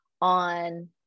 on